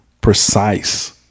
precise